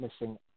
missing